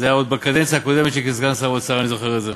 עוד מהקדנציה הקודמת שלי כסגן שר אוצר אני זוכר את זה.